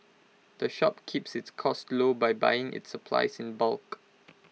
the shop keeps its costs low by buying its supplies in bulk